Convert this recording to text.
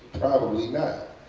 probably not.